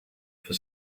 for